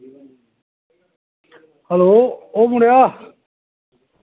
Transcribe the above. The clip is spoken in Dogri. हैलो ओह् मुड़ेआ